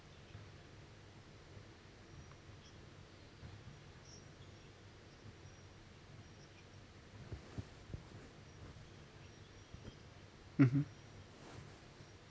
mmhmm